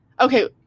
okay